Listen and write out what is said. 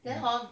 mm